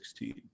2016